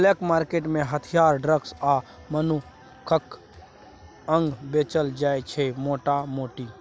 black market मे हथियार, drug आ मनुखक अंग बेचल जाइ छै मोटा मोटी